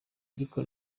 ariko